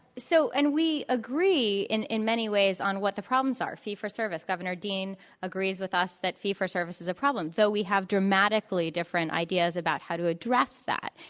so and we agree in in many ways on what the problems are fee for service. governor dean agreed with us that fee for service is a problem, though we have dramatically different ideas about how to address that.